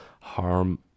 harm